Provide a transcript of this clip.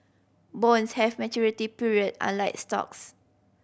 bonds have maturity period unlike stocks